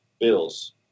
Bills